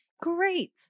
great